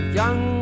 young